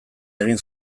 egin